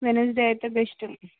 Wednesday అయితే best